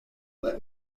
let